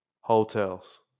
Hotels